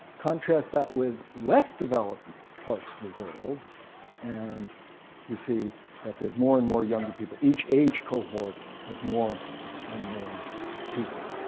contrast that with less developed parts of the world and you see that there's more and more younger people, each age cohort has more and more people.